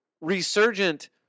resurgent